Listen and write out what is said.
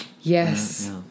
yes